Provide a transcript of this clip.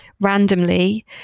randomly